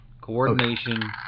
coordination